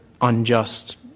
unjust